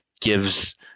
gives